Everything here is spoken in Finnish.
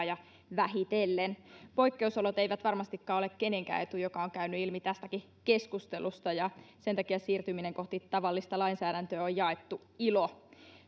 ja vähitellen poikkeusolot eivät varmastikaan ole kenenkään etu mikä on käynyt ilmi tästäkin keskustelusta ja sen takia siirtyminen kohti tavallista lainsäädäntöä on jaettu ilo